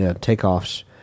Takeoff's